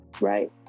right